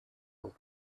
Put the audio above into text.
old